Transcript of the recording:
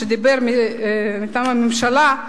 שדיבר מטעם הממשלה,